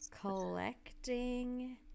Collecting